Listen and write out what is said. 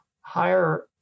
higher